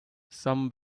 some